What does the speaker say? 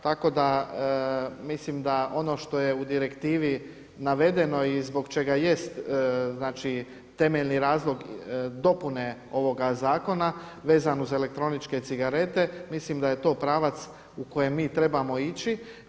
Tako da mislim da ono što je u direktivi navedeno i zbog čega jest, znači temeljni razlog dopune ovoga zakona vezan uz elektroničke cigarete mislim da je to pravac u kojem mi trebamo ići.